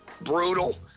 brutal